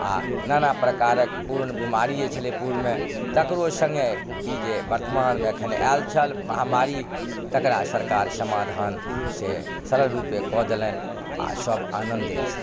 आ नाना प्रकारक पूर्ण बीमारिये छलै पूर्णमे तकरो सङ्गे ई जे वर्तमानमे अखन आयल छल महामारी तकरा सरकार समाधान से सरल रुपे कऽ देलैन आ सभ आनन्द अइछ